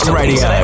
radio